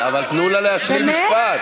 אבל תנו לה להשלים משפט.